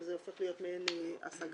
וזה הופך להיות מעין השגה.